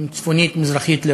צפונית-מזרחית לרמאללה.